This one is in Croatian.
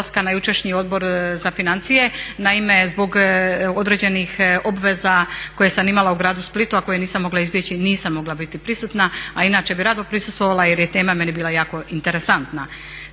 na jučerašnji Odbor za financije, naime zbog određenih obveza koje sam imala u gradu Splitu, a koje nisam mogla izbjeći nisam mogla biti prisutna, a inače bi rado prisustvovala jer je tema meni bila jako interesantna,